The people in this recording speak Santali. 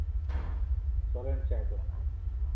ᱥᱚᱨᱮᱱ ᱪᱟᱭ ᱫᱚᱠᱟᱱ